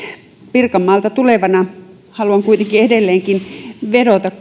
pirkanmaalta tulevana haluan kuitenkin edelleenkin vedota